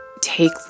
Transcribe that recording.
take